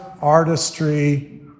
artistry